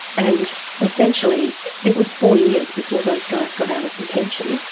and essentially it was four years before those guys got out of detention,